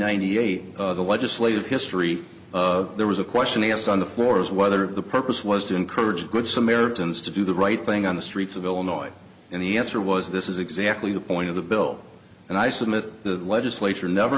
hundred eighty the legislative history of there was a question asked on the floor is whether the purpose was to encourage good samaritans to do the right thing on the streets of illinois and the answer was this is exactly the point of the bill and i submit the legislature never